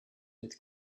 with